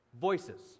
Voices